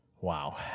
Wow